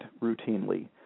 routinely